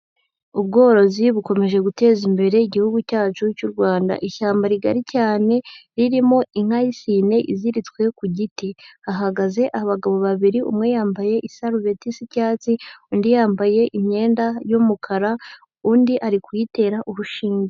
Ubworozi bukomeje guteza imbere igihugu cyacu cy'u Rwanda, ishyamba rigari cyane ririmo inka y'isine iziritswe ku giti, hahagaze abagabo babiri, umwe yambaye isarubeti isa icyatsi, undi yambaye imyenda y'umukara, undi ari kuyitera urushinge.